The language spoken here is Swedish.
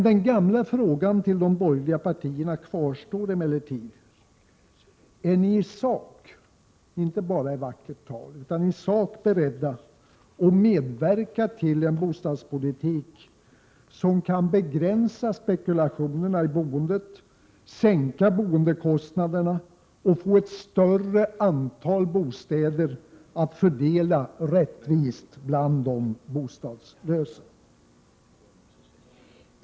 Den gamla frågan till de borgerliga kvarstår emellertid: Är ni i sak, och inte bara i vackert tal, beredda att medverka till en bostadspolitik som kan begränsa spekulationerna i boendet, sänka boendekostnaderna och möjliggöra att ett större antal bostäder kan fördelas rättvist bland de bostadslösa?